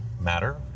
matter